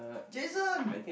Jason